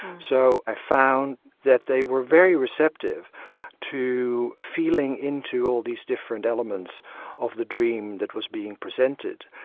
so i found that they were very receptive to feeling into all these different elements of the dream that was being presented.